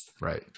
right